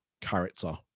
character